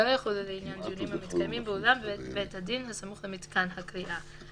לא יחולו לעניין דיונים המתקיימים באולם בית דין הסמוך למיתקן הכליאה.